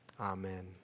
amen